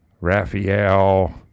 Raphael